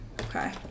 Okay